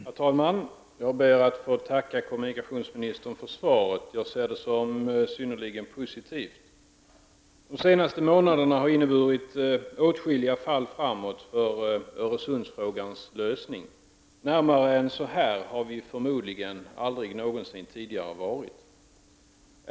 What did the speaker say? Herr talman! Jag ber att få tacka kommunikationsministern för svaret. Jag ser det som synnerligen positivt. De senaste månaderna har inneburit åtskilliga fall framåt för Öresundsfrågans lösning. Närmare än så här har vi förmodligen aldrig någonsin tidigare varit.